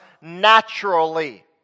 naturally